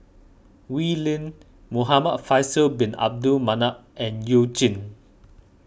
Wee Lin Muhamad Faisal Bin Abdul Manap and You Jin